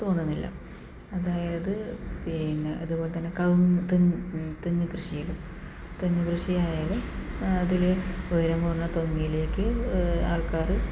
തോന്നുന്നില്ല അതായത് പിന്നെ അതുപോലെ തന്നെ കവുങ്ങ് തെങ്ങ് തെങ്ങ് കൃഷി തെങ്ങ് കൃഷി ആയാലും അതില് ഉയരം കുറഞ്ഞ തെങ്ങിലേക്ക് ആൾക്കാറ്